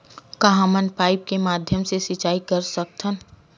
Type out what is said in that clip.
का हमन पाइप के माध्यम से सिंचाई कर सकथन?